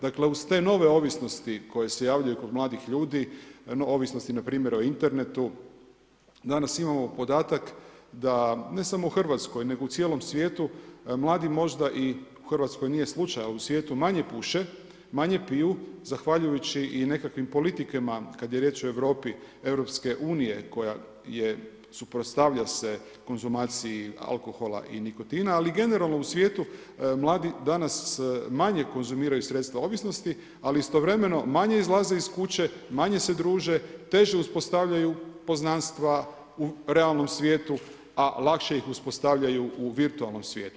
Dakle, uz te nove ovisnosti koje se javljaju kod mladih ljudi, ovisnosti npr. o Internetu, danas imamo podatak da ne samo u RH, nego u cijelom svijetu mladi, možda i u Hrvatskoj nije slučaj, ali u svijetu manje puše, manje piju zahvaljujući i nekakvim politikama kad je riječ o Europi, EU koja se suprotstavlja konzumaciji alkohola i nikotina, ali generalno u svijetu mladi danas manje konzumiraju sredstva ovisnosti, ali istovremeno manje izlaze iz kuće, manje se druže, teže uspostavljaju poznanstva u realnom svijetu, a lakše ih uspostavljaju u virtualnom svijetu.